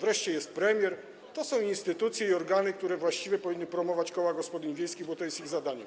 wreszcie jest premier - to są instytucje i organy, które właściwie powinny promować koła gospodyń wiejskich, bo to jest ich zadanie.